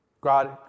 God